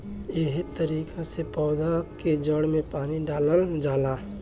एहे तरिका से पौधा के जड़ में पानी डालल जाला